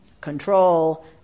Control